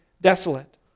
desolate